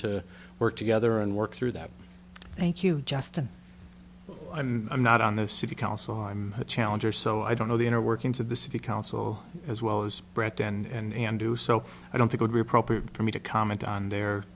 to work together and work through that thank you justin i mean i'm not on the city council i'm a challenger so i don't know the inner workings of the city council as well as brett and do so i don't think would be appropriate for me to comment on the